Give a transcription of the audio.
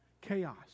Chaos